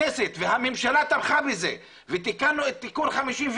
והממשלה תמכה בזה ותיקנו את תיקון 54